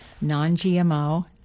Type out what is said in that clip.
non-GMO